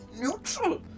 neutral